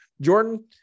Jordan